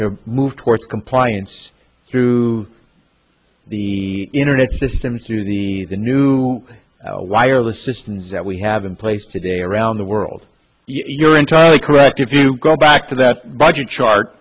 to move towards compliance through the internet systems to the the new wireless systems that we have in place today around the world you're entirely correct if you go back to that budget chart